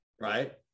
Right